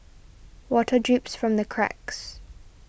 water drips from the cracks